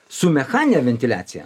su mechanine ventiliacija